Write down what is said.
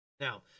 Now